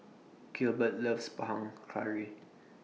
Gilbert loves Panang Curry